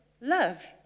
love